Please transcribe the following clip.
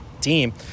team